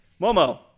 momo